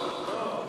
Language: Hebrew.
לא.